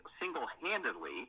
single-handedly